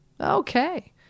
Okay